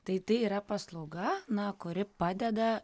tai tai yra paslauga na kuri padeda